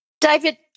David